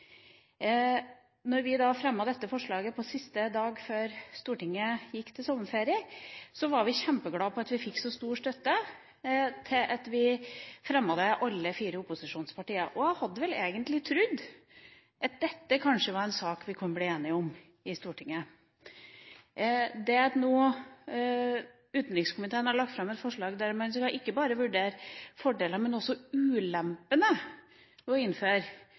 når det gjelder den siste ratifikasjonen, og at implementering av hele Barnekonvensjonen i norsk lovverk skjedde da vi satt med justisministeren sist. Så vi har hatt et stort engasjement i dette over tid. Da vi fremmet dette forslaget siste dag før Stortinget gikk til sommerferie, var vi kjempeglade for at vi fikk så stor støtte, og at det ble fremmet av alle de fire opposisjonspartiene. Jeg hadde vel egentlig trodd at dette kanskje var en sak vi kunne bli enige om i Stortinget.